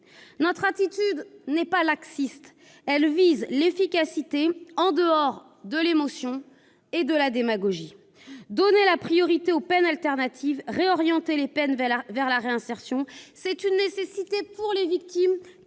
Notre attitude n'est pas laxiste, elle vise l'efficacité en dehors de l'émotion et de la démagogie. Donner la priorité aux peines alternatives, réorienter les peines vers la réinsertion, c'est une nécessité pour les victimes